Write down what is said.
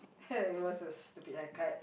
it was a stupid haircut